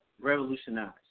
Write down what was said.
revolutionized